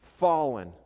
fallen